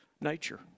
nature